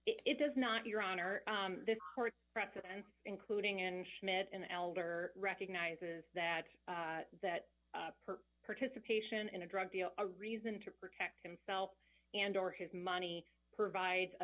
it does not your honor this court precedents including in schmidt an elder recognizes that that person participation in a drug deal a reason to protect himself and or his money provides a